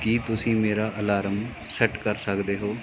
ਕੀ ਤੁਸੀਂ ਮੇਰਾ alarm set ਕਰ ਸਕਦੇ ਹੋ